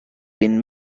been